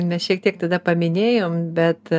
mes šiek tiek tada paminėjom bet